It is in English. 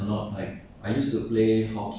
what kind of sports you do